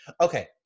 Okay